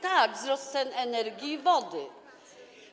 Tak, wzrost cen energii i wody.